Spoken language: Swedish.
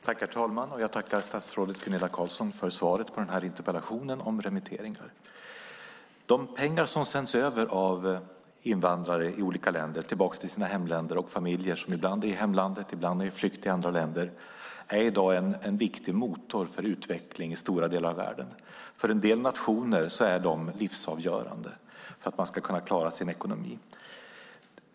Herr talman! Jag tackar statsrådet Gunilla Carlsson för svaret på interpellationen om remitteringar. De pengar som sänds av invandrare i olika länder tillbaka till deras hemländer och familjer, som ibland finns i hemlandet och ibland på flykt i andra länder, är i dag en viktig motor för utveckling i stora delar av världen. För en del nationer är pengarna livsavgörande för att man ska kunna klara sin ekonomi.